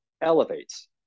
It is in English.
elevates